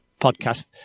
podcast